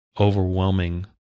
overwhelming